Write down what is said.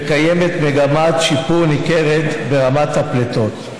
וקיימת מגמת שיפור ניכרת ברמת הפליטות.